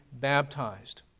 baptized